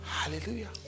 Hallelujah